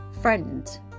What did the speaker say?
friend